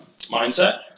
mindset